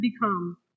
become